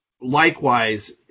likewise